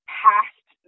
past